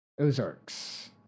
Ozarks